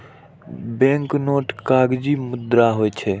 banknote कागजी मुद्रा होइ छै